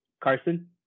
Carson